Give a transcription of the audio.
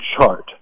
chart